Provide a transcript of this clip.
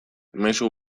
mezu